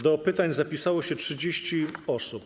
Do pytań zapisało się 30 osób.